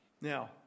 Now